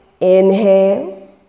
Inhale